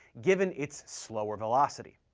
given its slower velocity.